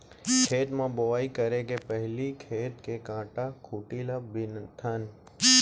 खेत म बोंवई करे के पहिली खेत के कांटा खूंटी ल बिनथन